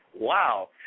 Wow